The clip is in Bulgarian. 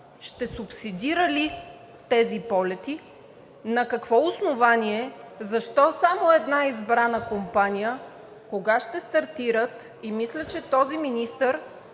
ще субсидира ли тези полети, на какво основание, защо само една избрана компания, кога ще стартират? Мисля, че този министър